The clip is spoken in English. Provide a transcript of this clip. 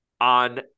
on